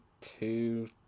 two